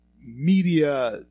media